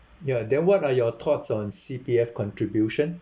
ya then what are your thoughts on C_P_F contribution